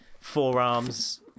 forearms